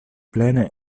plene